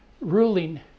ruling